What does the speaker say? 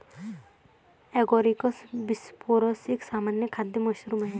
Agaricus bisporus एक सामान्य खाद्य मशरूम आहे